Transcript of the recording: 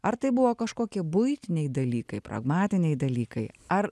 ar tai buvo kažkokie buitiniai dalykai pragmatiniai dalykai ar